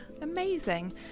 amazing